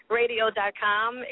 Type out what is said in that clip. radio.com